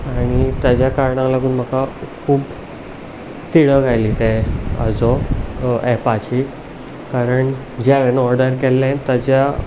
आनी ताच्या कारणाक लागून म्हाका खूब तिडक आयली ते हाचो एपाची कारण जें हांवें ऑर्डर केल्लें ताच्या